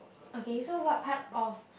okay so what part of